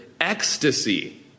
ecstasy